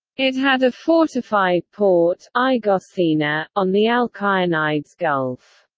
it had a fortified port, aigosthena, on the alkyonides gulf.